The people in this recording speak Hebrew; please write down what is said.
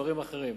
דברים אחרים,